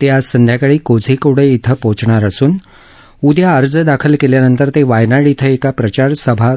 ते आज संध्याकाळी कोझीकोडे इथे पोहचणार असून उद्या अर्ज दाखल केल्यानंतर ते वायनाड इथे एक प्रचार सभा